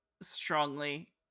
strongly